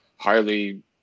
Highly